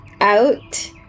out